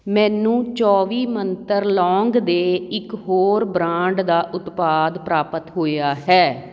ਮੈਨੂੰ ਚੌਵੀ ਮੰਤਰ ਲੌਂਗ ਦੇ ਇੱਕ ਹੋਰ ਬ੍ਰਾਂਡ ਦਾ ਉਤਪਾਦ ਪ੍ਰਾਪਤ ਹੋਇਆ ਹੈ